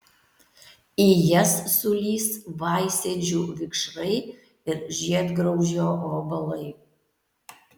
į jas sulįs vaisėdžių vikšrai ir žiedgraužio vabalai